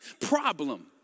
Problem